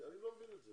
אני לא מבין את זה,